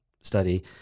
study